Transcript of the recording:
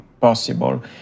possible